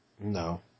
No